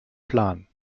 plan